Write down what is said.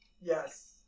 Yes